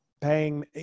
paying